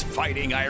fighting